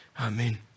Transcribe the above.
Amen